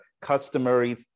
customary